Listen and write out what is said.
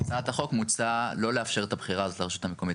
בהצעת החוק מוצע לא לאפשר את הבחירה הזאת לרשות המקומית.